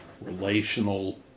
relational